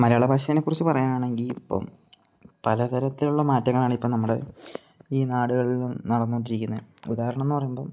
മലയാള ഭാഷയെ കുറിച്ച് പറയാൻ ആണെങ്കിൽ ഇപ്പം പലതരത്തിലുള്ള മാറ്റങ്ങളാണ് ഇപ്പം നമ്മുടെ ഈ നാടുകളിൽ നടന്നോണ്ടിരിക്കുന്നത് ഉദാഹരണം എന്ന് പറയുമ്പം